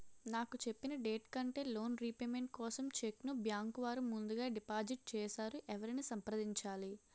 నాకు చెప్పిన డేట్ కంటే లోన్ రీపేమెంట్ కోసం చెక్ ను బ్యాంకు వారు ముందుగా డిపాజిట్ చేసారు ఎవరిని సంప్రదించాలి?